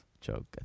joke